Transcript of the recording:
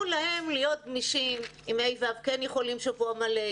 להם להיות גמישים אם הם יכולים ללמד במשך שבוע מלא,